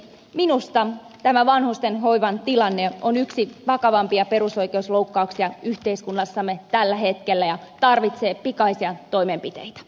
minusta tämä vanhustenhoivan tilanne on yksi vakavimpia perusoikeusloukkauksia yhteiskunnassamme tällä hetkellä ja tarvitsee pikaisia toimenpiteitä